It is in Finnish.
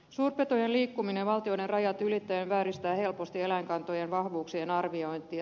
suurpetojen liikkuminen valtioiden rajat ylittäen vääristää helposti eläinkantojen vahvuuksien arviointia